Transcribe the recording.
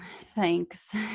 Thanks